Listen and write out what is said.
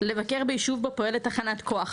לבקר ביישוב בו פועלת תחנת כוח.